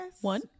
One